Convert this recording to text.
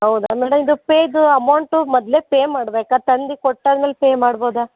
ಹೌದಾ ಮೇಡಮ್ ಇದು ಪೇದು ಅಮೌಂಟು ಮೊದಲೇ ಪೇ ಮಾಡಬೇಕಾ ತಂದು ಕೊಟ್ಟಾದ್ಮೇಲೆ ಪೇ ಮಾಡ್ಬೌದಾ